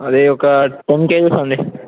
అది ఒక ten KG అండి